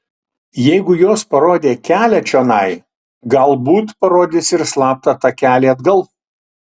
jeigu jos parodė kelią čionai galbūt parodys ir slaptą takelį atgal